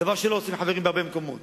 דבר שלא עושים חברים בהרבה מקומות.